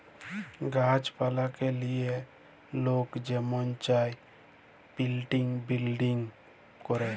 গাহাছ পালাকে লিয়ে লক যেমল চায় পিলেন্ট বিরডিং ক্যরে